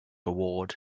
award